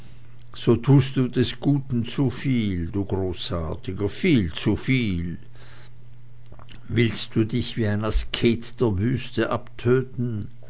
so tust du des guten zuviel du großartiger viel zuviel willst du dich wie ein asket der wüste abtöten